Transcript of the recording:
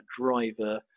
driver